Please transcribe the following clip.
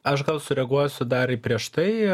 aš gal sureaguosiu dar į prieš tai